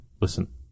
listen